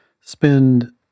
spend